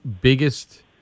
biggest